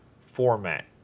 format